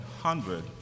hundred